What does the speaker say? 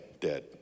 dead